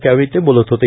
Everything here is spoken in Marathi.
यावेळी ते बोलत होते